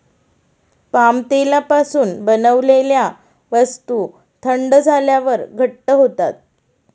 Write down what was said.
palm तेलापासून बनवलेल्या वस्तू थंड झाल्यावर घट्ट होतात